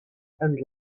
and